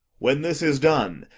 when this is done,